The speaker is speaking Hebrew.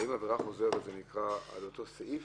האם העבירה חוזרת זה מתייחס לאותו סעיף?